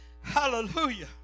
hallelujah